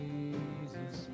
Jesus